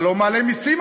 אתה לא מעלה מסים,